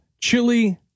Chili